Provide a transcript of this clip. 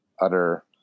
utter